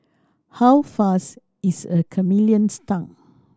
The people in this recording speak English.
how fast is a chameleon's tongue